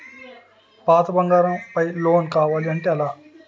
పాత బంగారం పై లోన్ కావాలి అంటే ఎలా?